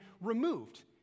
removed